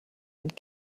and